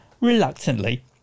reluctantly